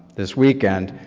this weekend,